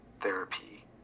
therapy